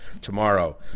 tomorrow